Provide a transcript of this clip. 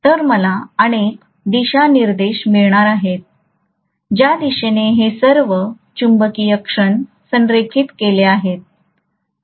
तर मला अनेक दिशानिर्देश मिळणार आहेत ज्या दिशेने हे सर्व चुंबकीय क्षण संरेखित केले आहेत